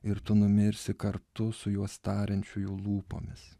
ir tu numirsi kartu su juos tariančiųjų lūpomis